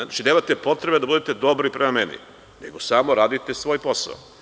Znači, nemate potrebe da budete dobri prema meni nego samo radite svoj posao.